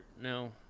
no